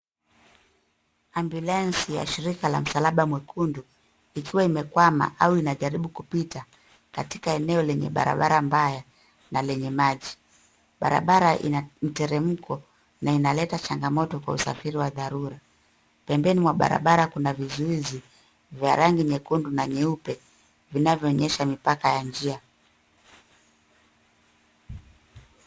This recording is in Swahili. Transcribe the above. Ambulensi ya shirika la msalaba mwekundu ikiwa imekwama au inajaribu kupita katika eneo lenye barabara mbaya na lenye maji, barabara ina mteremko na inaleta changamoto kwa usafiri wa dharura, pembeni mwa barabara kuna vizuizi vya rangi nyekundu na nyeupe vinavyoonyesha mipaka ya njia.